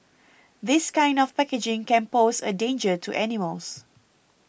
this kind of packaging can pose a danger to animals